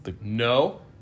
No